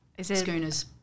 Schooners